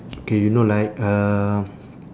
okay you know like uh